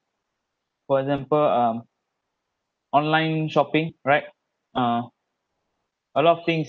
for example um online shopping right uh a lot of things